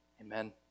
Amen